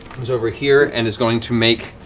comes over here and is going to make